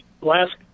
last